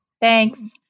Thanks